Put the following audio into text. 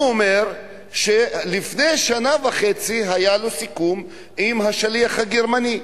הוא אומר שלפני שנה וחצי היה לו סיכום עם השליח הגרמני.